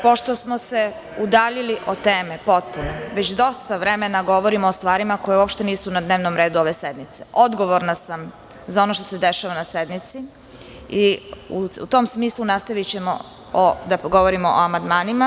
Pošto smo se potpuno udaljili od teme, već dosta vremena govorimo o stvarima koje uopšte nisu na dnevnom redu ove sednice, odgovorna sam za ono što se dešava na sednici i u tom smislu nastavićemo da govorimo o amandmanima.